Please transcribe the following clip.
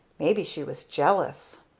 maybe she was jealous!